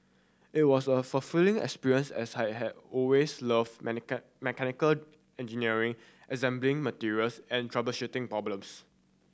it was a fulfilling experience as I had always loved mechanical engineering assembling materials and troubleshooting problems